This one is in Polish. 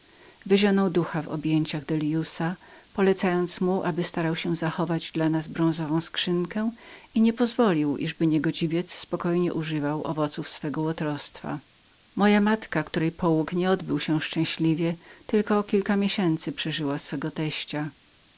grobu wyzionął ducha w objęciach delliusa polecając mu aby starał się zachować dla nas skrzynkę miedzianą i nie pozwolił iżby niegodziwiec spokojnie używał owoców swej zbrodni moja matka której połóg nie odbył się szczęśliwie o kilka tylko miesięcy przeżyła swego teścia